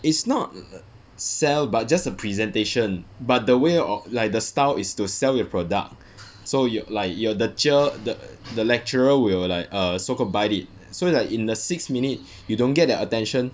it's not sell but just a presentation but the way or like the style is to sell your product so like your the cher the lecturer will like err so called buy it so like in the sixth minute you don't get their attention